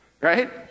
Right